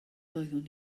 doeddwn